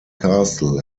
castle